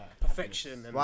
perfection